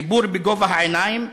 דיבור בגובה העיניים,